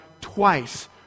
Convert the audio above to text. twice